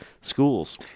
schools